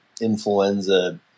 influenza